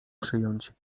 przyjąć